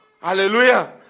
hallelujah